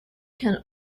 can